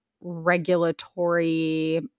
regulatory